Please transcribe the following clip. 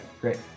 great